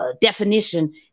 definition